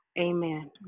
Amen